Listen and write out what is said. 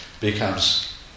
becomes